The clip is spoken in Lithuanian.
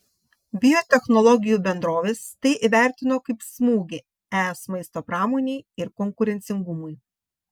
biotechnologijų bendrovės tai įvertino kaip smūgį es maisto pramonei ir konkurencingumui